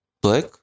Black